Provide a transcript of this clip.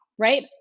right